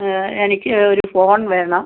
ആ എനിക്ക് ഒരു ഫോൺ വേണം